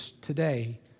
Today